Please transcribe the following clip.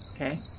okay